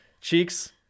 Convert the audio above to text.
cheeks